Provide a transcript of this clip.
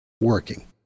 working